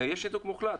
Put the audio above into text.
יש ניתוק מוחלט.